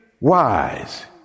wise